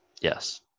Yes